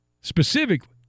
specifically